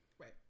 Right